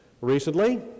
recently